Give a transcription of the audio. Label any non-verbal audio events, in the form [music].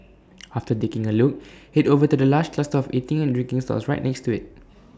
[noise] after taking A look Head over to the large cluster of eating and drinking stalls right next to IT